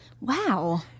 Wow